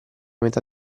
metà